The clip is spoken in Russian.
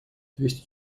двести